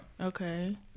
Okay